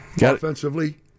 Offensively